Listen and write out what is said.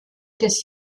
des